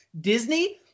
Disney